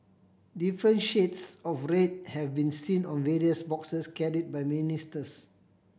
different shades of red have been seen on various boxes carry by ministers